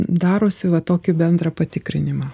darosi va tokį bendrą patikrinimą